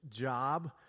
job